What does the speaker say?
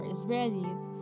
Israelis